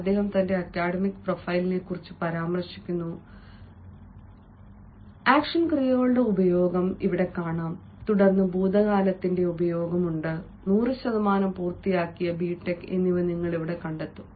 അദ്ദേഹം തന്റെ അക്കാദമിക് പ്രൊഫൈലിനെക്കുറിച്ച് പരാമർശിക്കുന്നു ഇവയെല്ലാം ആക്ഷൻ ക്രിയകളുടെ ഉപയോഗം തുടർന്ന് ഭൂതകാലത്തിന്റെ ഉപയോഗം 100 ശതമാനം പൂർത്തിയാക്കിയ ബിടെക് എന്നിവ നിങ്ങൾ കണ്ടെത്തും